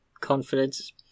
confidence